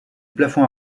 plafond